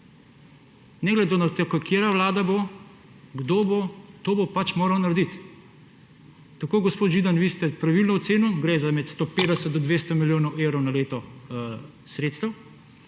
Ne glede na to, katera vlada bo, kdo bo, to bo pač moral narediti. Gospod Židan, vi ste pravilno ocenili, gre za med 150 do 200 milijonov evrov na leto sredstev.